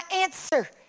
answer